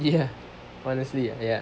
ya honestly ya